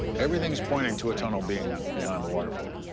everything's pointing to a tunnel being behind the waterfall.